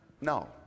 no